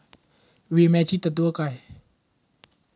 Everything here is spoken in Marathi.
विम्याची तत्वे काय आहेत?